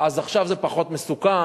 אז עכשיו זה פחות מסוכן,